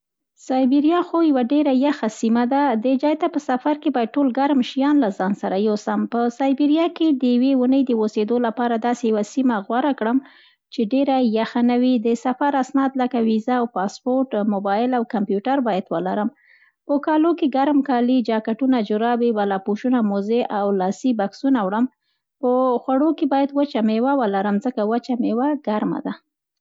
سایبریا خو یوه ډېره یخه سیمه ده، دې جای ته په سفر کې باید ټول ګرم شیان له ځان یوسم. په سایبریا کې د یوې اوونۍ د اوسېدو لپاره داسې یوه سیمه غوره کړم، چي ډېره یخ نه وي. د سفر اسناد لکه ویزه او پاسپورت، موبایل او کمپیوټر باید ولرم. په کالو کې ګرم کالي، جاکټونه، جرابې، بلاپوشونه، موزې او لاسي بکسونه وړم. په خوړو کې باید وچه میوه ولرم، ځکه وچه میوه ګرمه ده.